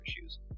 issues